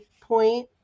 point